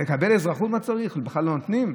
הם בכלל לא נותנים.